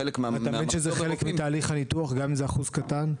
אתה מבין שזה חלק מתהליך הניתוח גם אם זה אחוז קטן.